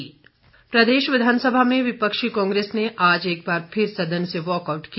walkout प्रदेश विधानसभा में विपक्षी कांग्रेस ने आज एक बार फिर सदन से वॉकआउट किया